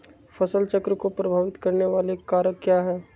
फसल चक्र को प्रभावित करने वाले कारक क्या है?